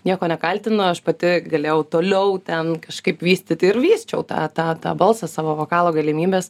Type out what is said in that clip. nieko nekaltinu aš pati galėjau toliau ten kažkaip vystyti ir vysčiau tą tą tą balsą savo vokalo galimybes